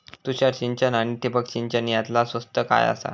तुषार सिंचन आनी ठिबक सिंचन यातला स्वस्त काय आसा?